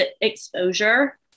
exposure